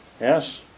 yes